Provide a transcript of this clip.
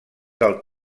del